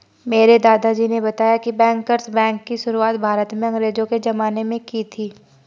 मेरे दादाजी ने बताया की बैंकर्स बैंक की शुरुआत भारत में अंग्रेज़ो के ज़माने में की थी